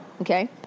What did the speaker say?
okay